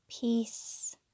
Peace